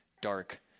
dark